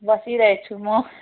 बसिरहेको छु म